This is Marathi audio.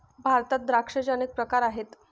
भारतात द्राक्षांचे अनेक प्रकार आहेत